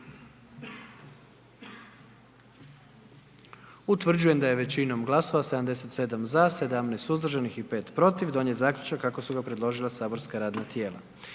Utvrđujem da je većinom glasova 93 za i 1 suzdržani donijet zaključak kako ga je predložilo matično saborsko radno tijelo.